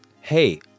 hey